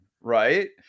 right